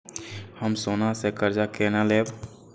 हम सोना से कर्जा केना लैब?